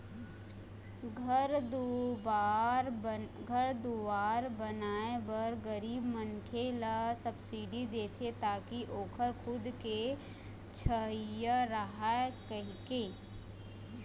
घर दुवार बनाए बर गरीब मनखे ल सब्सिडी देथे ताकि ओखर खुद के छइहाँ रहय कहिके